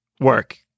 work